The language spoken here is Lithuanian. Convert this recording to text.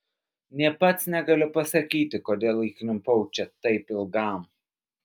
nė pats negaliu pasakyti kodėl įklimpau čia taip ilgam